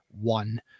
one